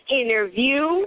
interview